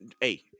Hey